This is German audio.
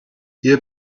hier